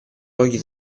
pochi